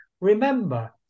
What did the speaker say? remember